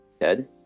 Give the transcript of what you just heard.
dead